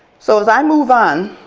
so as i move on,